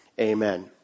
Amen